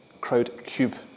Crowdcube